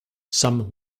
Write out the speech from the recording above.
some